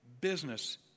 business